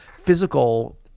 physical